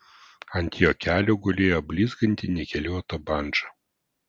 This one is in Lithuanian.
ant jo kelių gulėjo blizganti nikeliuota bandža